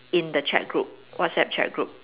in the chat group WhatsApp chat group